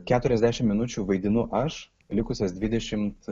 keturiasdešimt minučių vaidinu aš likusias dvidešimt